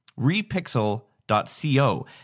Repixel.co